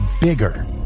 bigger